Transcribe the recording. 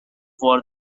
for